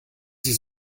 sie